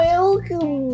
Welcome